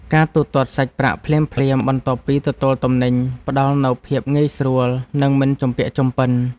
ការទូទាត់សាច់ប្រាក់ភ្លាមៗបន្ទាប់ពីទទួលទំនិញ ផ្តល់នូវភាពងាយស្រួល និងមិនជំពាក់ជំពិន។